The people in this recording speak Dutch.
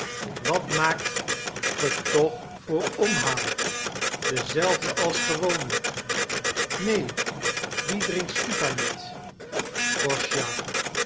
wat maakt ge toch voor omhaal denzelfden als gewoonlijk neen dien drinkt stiwa niet kostja